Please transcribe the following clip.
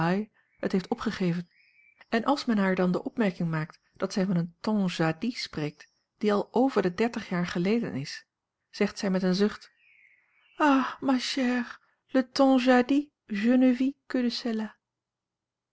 het heeft opgegeven en als men haar dan de opmerking maakt dat zij van een temps jadis spreekt die al over de dertig jaar geleden is zegt zij met een zucht ah ma chère le